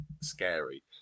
scary